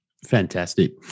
Fantastic